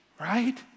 right